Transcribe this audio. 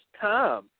time